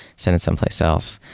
send it someplace else.